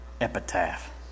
epitaph